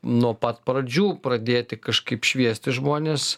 nuo pat pradžių pradėti kažkaip šviesti žmones